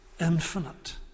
infinite